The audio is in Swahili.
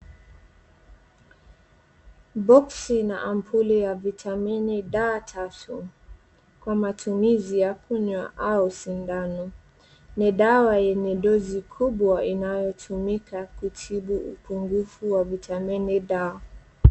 Boxi na ampuli ya vitamini D tatu kwa matumizi ya kunywa au sindano. Ni dawa yenye dozi kubwa inayotumika kutibu upungufu wa vitamini D.